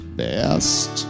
best